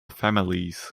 families